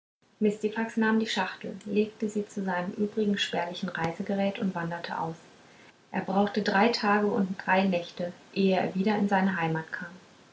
mistifax nahm die schachtet legte sie zu seinem übrigen spärlichen reisegerät und wanderte aus er brauchte drei tage und drei nächte ehe er wieder in seine heimat kam